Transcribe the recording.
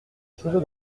cheveu